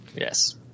yes